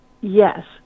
Yes